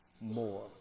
more